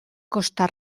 costa